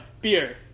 Beer